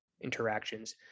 interactions